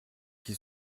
qui